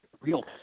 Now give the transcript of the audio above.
Real